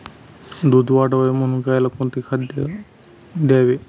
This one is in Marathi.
दूध वाढावे म्हणून गाईला कोणते खाद्य द्यावे?